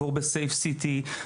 Safe city,